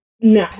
No